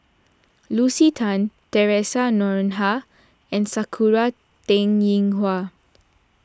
Lucy Tan theresa Noronha and Sakura Teng Ying Hua